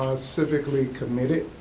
civically committed.